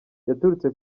yaturutse